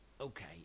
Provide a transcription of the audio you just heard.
Okay